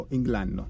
England